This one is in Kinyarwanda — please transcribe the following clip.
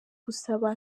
gusaba